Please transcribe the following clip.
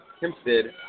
Hempstead